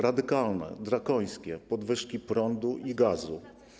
Radykalne, drakońskie podwyżki cen prądu i gazu.